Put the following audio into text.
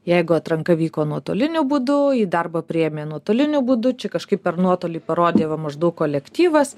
jeigu atranka vyko nuotoliniu būdu į darbą priėmė nuotoliniu būdu čia kažkaip per nuotolį parodė va maždaug kolektyvas